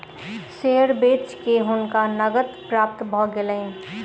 share बेच के हुनका नकद प्राप्त भ गेलैन